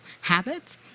habits